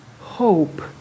hope